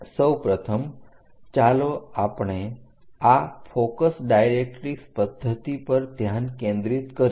સૌપ્રથમ ચાલો આપણે આ ફોકસ ડાઇરેક્ટરીક્ષ પદ્ધતિ પર ધ્યાન કેન્દ્રિત કરીએ